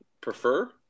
prefer